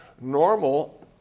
Normal